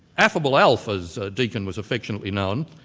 affable alf, as deakin was affectionately known,